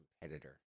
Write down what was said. competitor